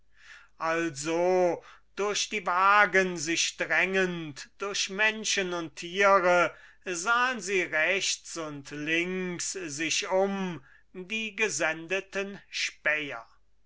also durch die wagen sich drängend durch menschen und tiere sahen sie rechts und links sich um die gesendeten späher